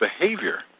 behavior